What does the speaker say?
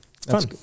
fun